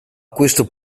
questo